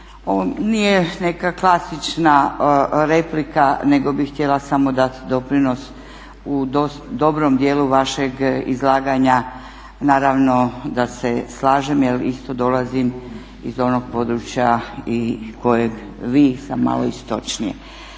nije neka klasična replika, nego bih htjela samo dati doprinos u dobrom dijelu vašeg izlaganja. Naravno da se slažem jer isto dolazim iz onog područja kojeg i vi samo malo istočnije.